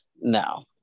no